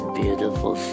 beautiful